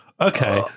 okay